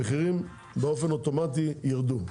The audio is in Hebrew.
המחירים באופן אוטומטי ירדו.